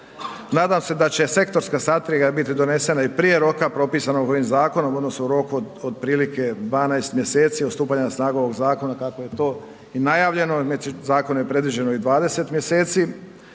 se ne razumije./... biti donesena i prije roka propisanog ovim zakonom odnosno u roku od otprilike 12 mjeseci od stupanja na snagu ovog zakona, kako je to i najavljeno. Za zakon je predviđeno i 20 mjeseci,